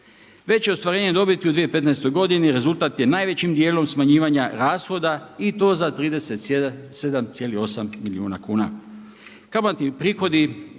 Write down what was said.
Veće ostvarenje dobiti u 2015. godini rezultat je najvećim dijelom smanjivanja rashoda i to za 37,8 milijuna kuna.